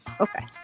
Okay